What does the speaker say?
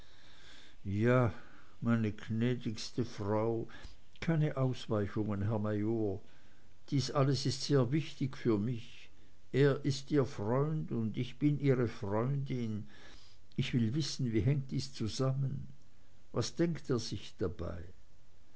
ja meine gnädigste frau keine ausweichungen major dies alles ist sehr wichtig für mich er ist ihr freund und ich bin ihre freundin ich will wissen wie hängt dies zusammen was denkt er sich dabei